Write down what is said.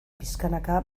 pixkanaka